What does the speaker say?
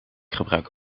gebruik